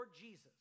Jesus